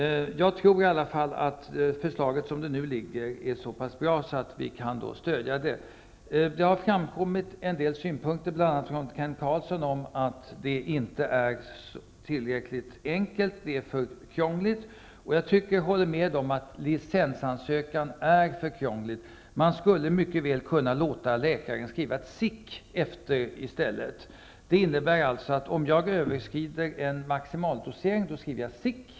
Jag tror ändå att förslaget, som det nu ligger, är så pass bra att vi kan stödja det. Det har framkommit en del synpunkter, bl.a. från Kent Carlsson, på att förslaget inte är till räckligt enkelt. Det är för krångligt. Jag håller med om att licensansökan är för krångligt. Man skulle mycket väl kunna låta läkaren skriva ett ''sic!'' efter i stället. Det innebär att om jag överskrider en maximaldosering skriver jag ''sic!''.